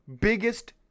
biggest